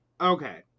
Okay